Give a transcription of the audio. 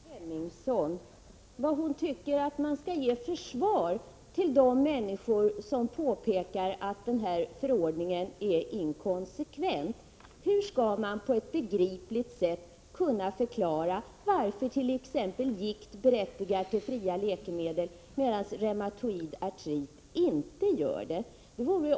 Herr talman! Jag vill fråga Margareta Hemmingsson vad hon tycker att man skall ge för förklaring till de människor som påpekar att förordningen är inkonsekvent. Hur skall man på ett begripligt sätt kunna förklara varför t.ex. gikt berättigar till fria läkemedel, medan reumatoid artrit inte gör det?